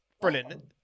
brilliant